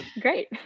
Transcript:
Great